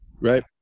Right